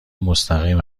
مستقیم